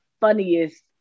funniest